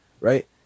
right